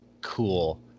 cool